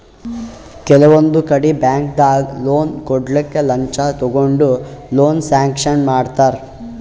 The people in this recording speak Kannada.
ಕೆಲವೊಂದ್ ಕಡಿ ಬ್ಯಾಂಕ್ದಾಗ್ ಲೋನ್ ಕೊಡ್ಲಕ್ಕ್ ಲಂಚ ತಗೊಂಡ್ ಲೋನ್ ಸ್ಯಾಂಕ್ಷನ್ ಮಾಡ್ತರ್